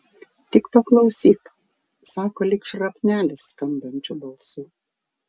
tik paklausyk sako lyg šrapnelis skambančiu balsu